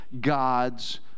God's